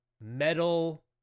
Metal